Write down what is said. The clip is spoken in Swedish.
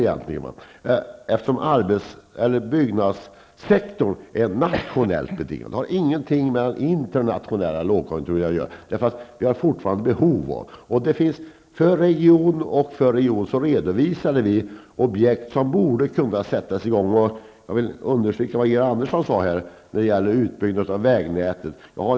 Situationen på byggnadssektorn är nationellt betingad och har ingenting med den internationella lågkonjunkturen att göra. Den sektorn behövs fortfarande. Region för region har vi redovisat objekt som borde kunna sättas i gång. Jag vill verkligen understryka vad Georg Andersson sade om utbyggnad av vägnätet.